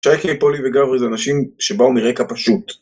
שייקה, פולי וגברי זה אנשים שבאו מרקע פשוט